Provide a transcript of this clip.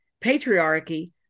patriarchy